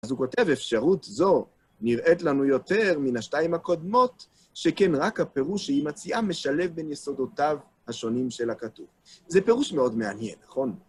אז הוא כותב, אפשרות זו נראית לנו יותר מן השתיים הקודמות, שכן רק הפירוש שהיא מציעה משלב בין יסודותיו השונים של הכתוב. זה פירוש מאוד מעניין, נכון?